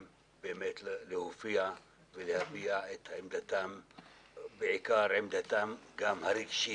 להופיע ולהביע את עמדתם בעיקר עמדתם גם הרגשית,